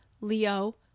Leo